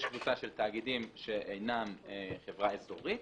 יש קבוצה של תאגידים שאינן חברה אזורית,